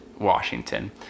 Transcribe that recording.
Washington